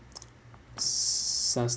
s~ sustainability